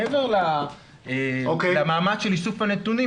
מעבר למאמץ של איסוף הנתונים,